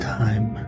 time